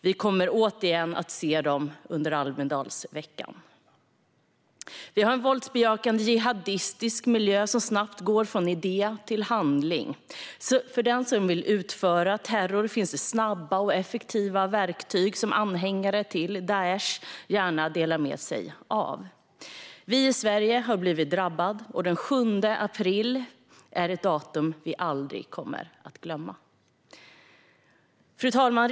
Vi kommer återigen att se dem under Almedalsveckan. Vi har en våldsbejakande jihadistisk miljö som snabbt går från idé till handling. För den som vill utföra terror finns det snabba och effektiva verktyg som anhängare till Daish gärna delar med sig av. Vi i Sverige har blivit drabbade, och den 7 april är ett datum vi aldrig kommer att glömma. Fru talman!